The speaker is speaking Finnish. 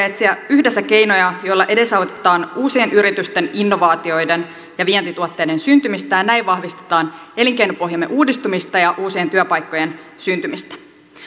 etsiä yhdessä keinoja joilla edesautetaan uusien yritysten innovaatioiden ja vientituotteiden syntymistä ja näin vahvistetaan elinkeinopohjamme uudistumista ja uusien työpaikkojen syntymistä